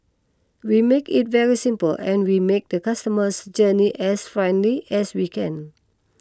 we make it very simple and we make the customer's journey as friendly as we can